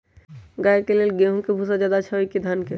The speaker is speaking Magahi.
गाय के ले गेंहू के भूसा ज्यादा अच्छा होई की धान के?